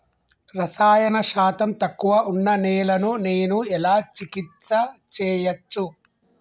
రసాయన శాతం తక్కువ ఉన్న నేలను నేను ఎలా చికిత్స చేయచ్చు?